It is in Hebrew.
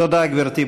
תודה, גברתי.